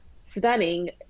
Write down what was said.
stunning